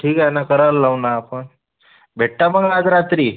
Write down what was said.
ठीक आहे ना करायला लावू ना आपण भेटता मग आज रात्री